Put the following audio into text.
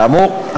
אתה אמור,